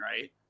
right